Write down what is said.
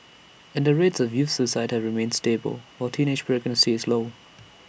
and the rates of youth suicide have remained stable while teenage pregnancy is low